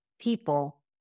people